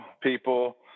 people